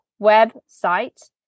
website